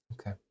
Okay